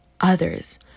Others